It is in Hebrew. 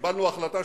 קיבלנו החלטה,